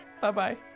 Bye-bye